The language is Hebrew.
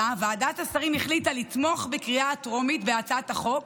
השרים החליטה לתמוך בקריאה הטרומית בהצעת החוק